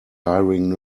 hiring